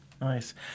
nice